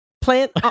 Plant